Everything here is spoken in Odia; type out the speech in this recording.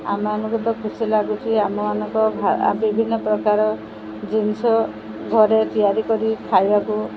ଆମମାନଙ୍କୁ ତ ଖୁସି ଲାଗୁଛି ଆମମାନଙ୍କ ବିଭିନ୍ନ ପ୍ରକାର ଜିନିଷ ଘରେ ତିଆରି କରି ଖାଇବାକୁ